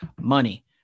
money